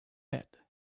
head